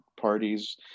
parties